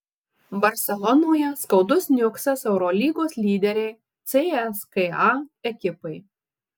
barselonoje skaudus niuksas eurolygos lyderei cska ekipai